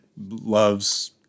loves